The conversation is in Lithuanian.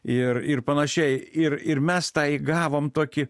ir ir panašiai ir ir mes tą gavom tokį